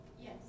Yes